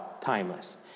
timeless